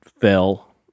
fell